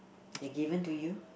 they given to you